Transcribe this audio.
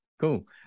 Cool